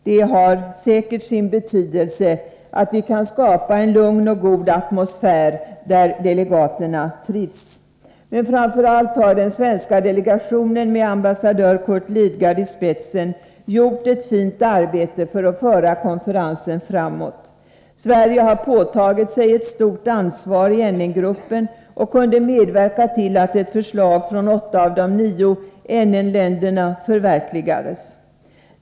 Det har säkert sin betydelse att vi kan skapa en lugn och god atmosfär, där delegaterna trivs. Men framför allt har den svenska delegationen med ambassadör Curt Lidgard i spetsen gjort ett fint arbete för att föra konferensen framåt. Sverige har påtagit sig ett stort ansvar i NN-gruppen och kunde medverka till att ett förslag från åtta av de nio NN-länderna förverkligades.